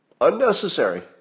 Unnecessary